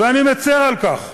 ואני מצר על כך.